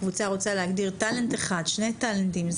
קבוצה רוצה להגדיר טאלנט אחד, שני טאלנטים.